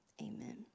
Amen